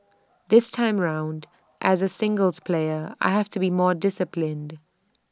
this time round as A singles player I have to be more disciplined